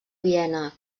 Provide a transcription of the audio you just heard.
viena